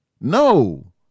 No